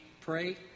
pray